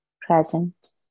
present